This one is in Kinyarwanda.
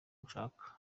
ndashaka